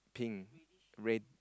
pink red